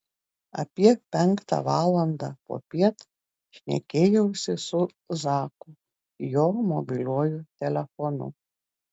apie penktą valandą popiet šnekėjausi su zaku jo mobiliuoju telefonu